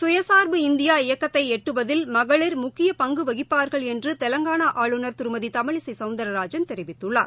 சுயசாா்பு இந்தியா இயக்கத்தைஎட்டுவதில் மகளிர் முக்கியபங்குவகிப்பார்கள் என்றுதெலங்கானாஆளுநர் திருமதிதமிழிசைசௌந்தர்ராஜன் தெரிவித்துள்ளார்